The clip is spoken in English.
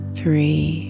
three